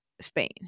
spain